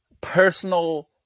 personal